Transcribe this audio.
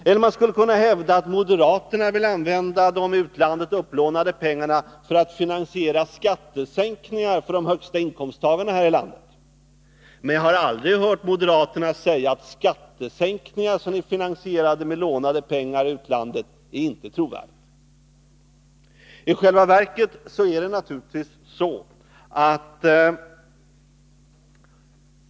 Man skulle också kunna hävda att moderaterna vill använda de i utlandet upplånade pengarna för att finansiera skattesänkningar för de inkomsttagare här i landet som har de högsta inkomsterna. Jag har dock aldrig hört moderaterna säga att skattesänkningar som är finansierade med i utlandet lånade pengar inte är trovärdiga.